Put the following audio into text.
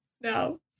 no